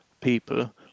people